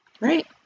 Right